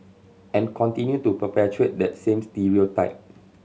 and continue to perpetuate that same stereotype